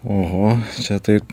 oho čia taip